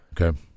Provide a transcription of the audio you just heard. Okay